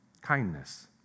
kindness